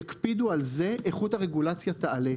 יקפידו על זה איכות הרגולציה תעלה,